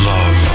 Love